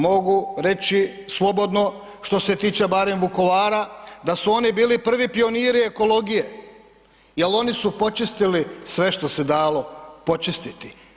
Mogu reći slobodno što se tiče barem Vukovara da su oni bili prvi pioniri ekologije jer oni su počistili sve što se dalo počistiti.